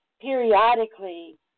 periodically